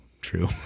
true